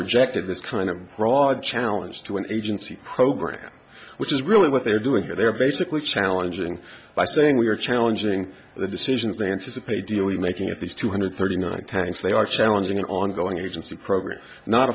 rejected this kind of broad challenge to an agency program which is really what they're doing they're basically challenging by saying we are challenging the decisions they anticipate deal we making at these two hundred thirty nine tanks they are challenging an ongoing agency program not